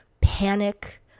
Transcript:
panic